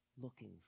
looking